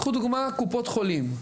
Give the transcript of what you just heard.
קחו לדוגמא, קופות חולים.